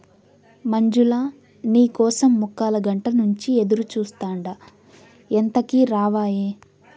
మంజులా, నీ కోసం ముక్కాలగంట నుంచి ఎదురుచూస్తాండా ఎంతకీ రావాయే